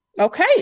Okay